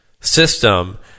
system